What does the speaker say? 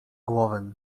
głowę